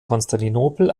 konstantinopel